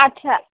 আচ্ছা